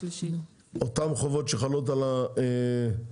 אותן חובות שחלות על המקומיים,